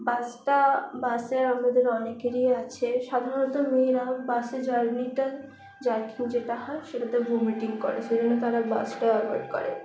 বাসটা বাসে আমাদের অনেকেরই আছে সাধারণত মেয়েরা বাসে জার্নিটা জারকিং যেটা হয় সেটাতে ভমিটিং করে সেইজন্য তারা বাসটা অ্যাভোয়েড করে